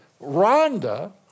Rhonda